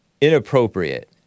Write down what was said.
inappropriate